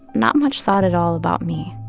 not much thought at all about me.